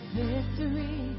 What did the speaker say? victory